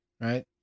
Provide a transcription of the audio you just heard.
right